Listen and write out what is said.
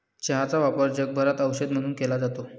चहाचा वापर जगभरात औषध म्हणून केला जातो